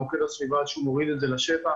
מוקד הסביבה עד שהוא מוריד את זה לשטח,